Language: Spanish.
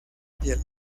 piel